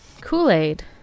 Kool-Aid